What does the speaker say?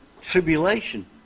tribulation